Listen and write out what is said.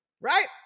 Right